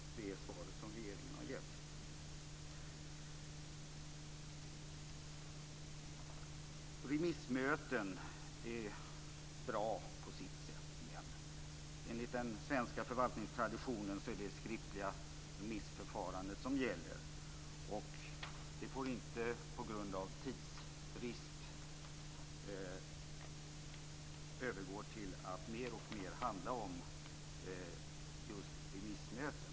Remissmöten är på sitt sätt bra, men enligt den svenska förvaltningstraditionen är det det skriftliga remissförfarandet som gäller. Det får inte på grund av tidsbrist övergå till att mer och mer handla om just remissmöten.